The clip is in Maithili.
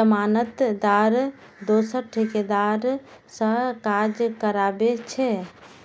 जमानतदार दोसर ठेकेदार सं काज कराबै छै